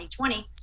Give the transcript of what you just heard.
2020